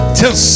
till